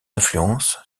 influence